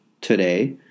today